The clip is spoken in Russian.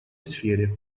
сфере